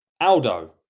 Aldo